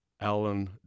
Alan